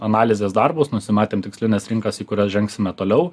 analizės darbus nusimatėm tikslines rinkas į kurias žengsime toliau